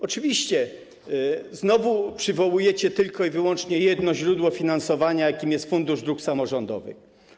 Oczywiście znowu przywołujecie tylko i wyłącznie jedno źródło finansowania, jakim jest Fundusz Dróg Samorządowych.